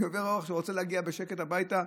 אני עובר אורח שרוצה להגיע בשקט הביתה.